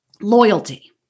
loyalty